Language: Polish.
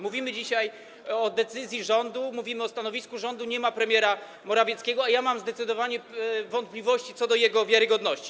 Mówimy dzisiaj o decyzji rządu, mówimy o stanowisku rządu, nie ma premiera Morawieckiego, a ja zdecydowanie mam wątpliwości co do jego wiarygodności.